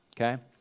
okay